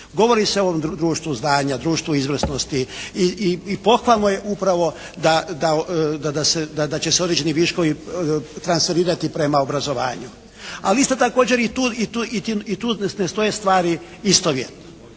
Govori se o društvu znanja, društvu izvrsnosti i pohvalno je upravo da će se određeni viškovi transferirati prema obrazovanju. Ali isto također i tu ne stoje stvari istovjetno.